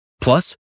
Plus